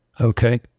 Okay